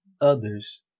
others